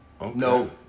No